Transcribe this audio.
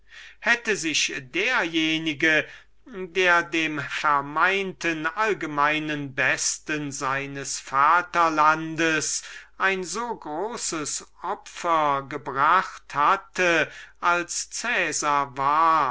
hätte sich derjenige der dem vermeinten allgemeinen besten seines vaterlandes ein so großes opfer gebracht hatte als cäsar war